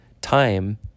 time